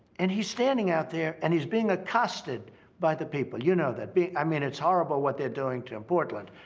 and he's standing out there, and he's being accosted by the people. you know that. b i mean, it's horrible what they're doing to him. portland.